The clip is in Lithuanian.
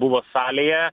buvo salėje